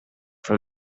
from